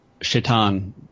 Shaitan